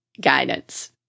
guidance